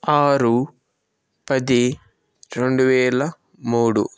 ఆరు పది రెండు వేల మూడు